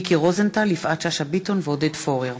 מיקי רוזנטל, יפעת שאשא ביטון ועודד פורר.